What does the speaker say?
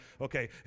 Okay